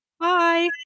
Bye